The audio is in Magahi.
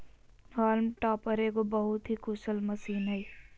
हॉल्म टॉपर एगो बहुत ही कुशल मशीन हइ